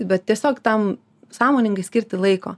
bet tiesiog tam sąmoningai skirti laiko